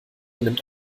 nimmt